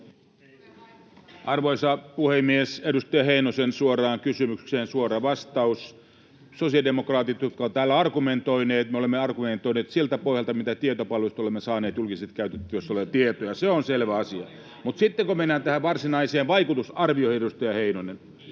Arvoisa puhemies! Edustaja Heinosen suoraan kysymykseen suora vastaus: Me sosiaalidemokraatit, jotka olemme täällä argumentoineet, olemme argumentoineet siltä pohjalta, mitä tietopalvelusta olemme saaneet julkisesti käytettävissä olevia tietoja. Se on selvä asia. [Timo Heinosen välihuuto] Sitten kun mennään tähän varsinaiseen vaikutusarvioon, edustaja Heinonen: